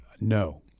No